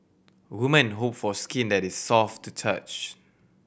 woman hope for skin that is soft to touch